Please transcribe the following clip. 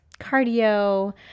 cardio